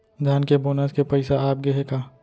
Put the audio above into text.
धान के बोनस के पइसा आप गे हे का?